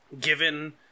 given